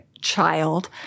child